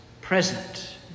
present